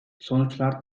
sonuçlar